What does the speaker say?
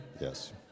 Yes